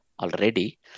already